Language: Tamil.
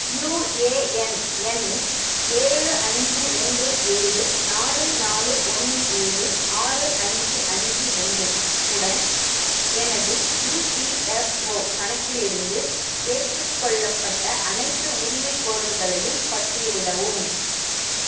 யூஏஎன் எண் ஏழு அஞ்சு ரெண்டு ஏழு நாலு நாலு ஒன்று ஏழு ஆறு அஞ்சு அஞ்சு ரெண்டு உடன் எனது இபிஎஃப்ஓ கணக்கிலிருந்து ஏற்றுக்கொள்ளப்பட்ட அனைத்து உரிமைகோரல்களையும் பட்டியலிடவும்